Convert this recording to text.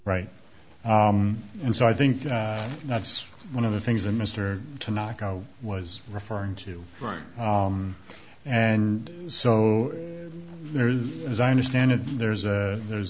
right and so i think that's one of the things that mr to knock out was referring to right and so there is as i understand it there's a there's